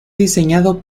diseñado